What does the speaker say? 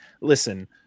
Listen